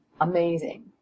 amazing